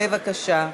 בבקשה.